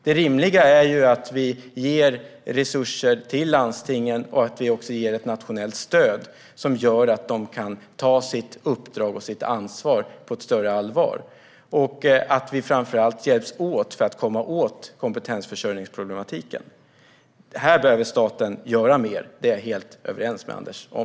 Det rimliga är att vi ger resurser till landstingen och att vi också ger ett nationellt stöd, så att de kan ta sitt uppdrag och sitt ansvar på ett större allvar, och att vi framför allt hjälps åt för att komma åt kompetensförsörjningsproblematiken. Här behöver staten göra mer. Det är jag helt överens med Anders om.